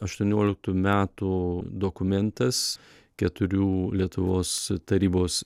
aštuonioliktų metų dokumentas keturių lietuvos tarybos